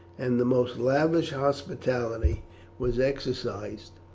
and the most lavish hospitality was exercised.